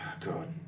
god